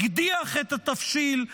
הקדיח את התבשיל,